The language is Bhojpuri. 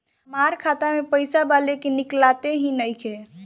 हमार खाता मे पईसा बा लेकिन निकालते ही नईखे?